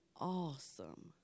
awesome